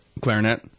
Clarinet